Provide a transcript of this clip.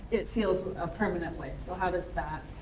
it feels, a permanent way. so how does that.